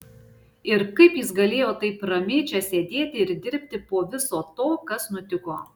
ir kaip jis galėjo taip ramiai čia sėdėti ir dirbti po viso to kas nutiko